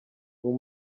uwo